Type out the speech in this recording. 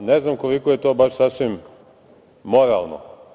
Ne znam koliko je to baš sasvim moralno.